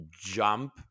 jump